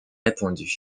répandues